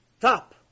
Top